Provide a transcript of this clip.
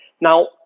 Now